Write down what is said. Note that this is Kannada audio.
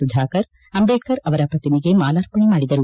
ಸುಧಾಕರ್ ಅಂಬೇಡ್ಕರ್ ಅವರ ಪ್ರತಿಮೆಗೆ ಮಾಲಾರ್ಪಣೆ ಮಾಡಿದರು